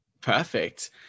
Perfect